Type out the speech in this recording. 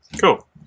Cool